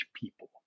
people